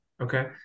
Okay